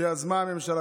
שיזמה הממשלה.